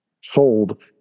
sold